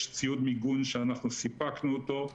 יש ציוד מיגון שאנחנו סיפקנו אותו,